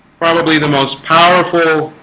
probably the most powerful